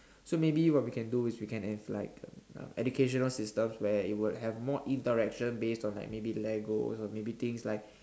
so maybe what we can do is we can have like educational systems where it would have more interaction based on like maybe Legos or maybe things like